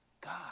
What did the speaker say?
God